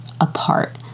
apart